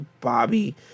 Bobby